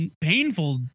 painful